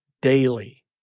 daily